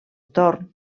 torn